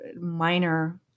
minor